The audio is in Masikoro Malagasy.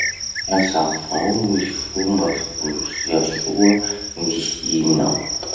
Hazavao gny fomba fiborosia soa gny hinao.